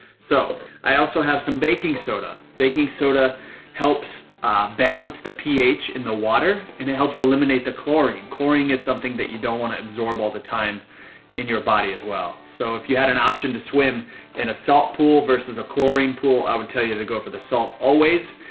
so i also have some baking soda. baking soda helps balance the ph in the water, and it helps eliminate the chlorine. chlorine is something that you don't want to absorb all time in your body as well. so if you had an option to swim in salt pool versus a chlorine pool, i would tell you to go for the salt always.